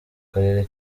karere